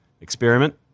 experiment